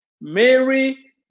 Mary